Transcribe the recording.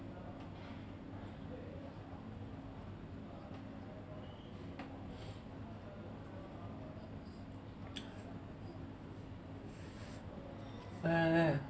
!aiya!